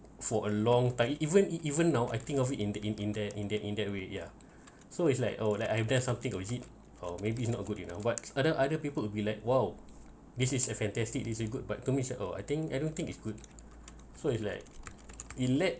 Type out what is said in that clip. for a long time even even though I think of it in the in the in the in that way yeah so it's like oh like if there's something or is it or maybe not good you know what other other people will be like !whoa! this is a fantastic this is good but to me sh~ uh I think I don't think is good so it's like it let